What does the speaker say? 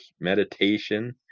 meditation